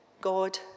God